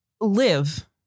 Live